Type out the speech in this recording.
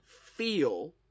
feel